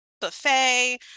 buffet